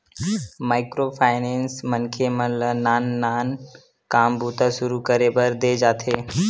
micro finance मनखे मन ल नान नान काम बूता सुरू करे बर देय जाथे